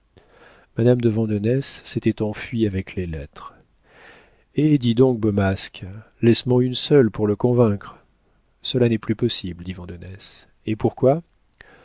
madame de vandenesse s'était enfuie avec les lettres hé dis donc beau masque laisse men une seule pour le convaincre cela n'est plus possible dit vandenesse et pourquoi